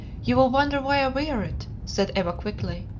you will wonder why i wear it, said eva, quickly.